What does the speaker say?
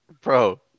Bro